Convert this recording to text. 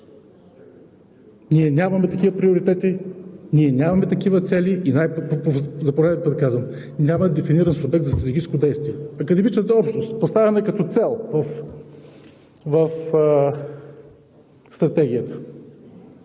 Ние нямаме такива приоритети, ние нямаме такива цели и за пореден път казвам: няма дефиниран субект за стратегическо действие. „Академичната общност поставяме като цел в Стратегията“.